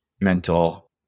mental